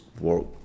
work